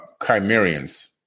chimerians